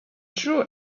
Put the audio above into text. true